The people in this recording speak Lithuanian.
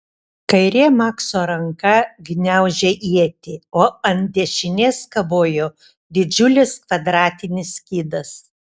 kairė makso ranka gniaužė ietį o ant dešinės kabojo didžiulis kvadratinis skydas